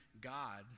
God